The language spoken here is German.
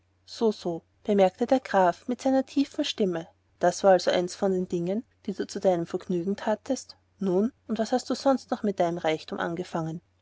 so so bemerkte der graf mit seiner tiefen stimme das war also eins von den dingen die du zu deinem vergnügen thatest nun und was hast du sonst mit deinem reichtum angefangen